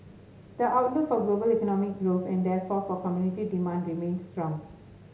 the outlook for global economic growth and therefore for commodity demand remains strong